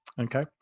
Okay